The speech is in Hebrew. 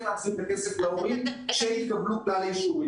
להחזיר את הכסף להורים כשיתקבלו כלל האישורים.